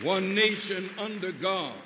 one nation under god